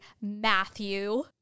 Matthew